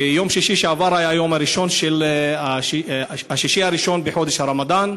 יום שישי שעבר היה יום שישי הראשון של חודש הרמדאן.